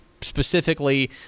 specifically